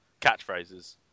catchphrases